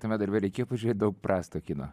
tame darbe reikėjo pažiūrėt daug prasto kino